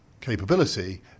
capability